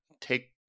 take